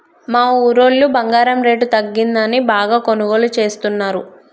మా ఊరోళ్ళు బంగారం రేటు తగ్గిందని బాగా కొనుగోలు చేస్తున్నరు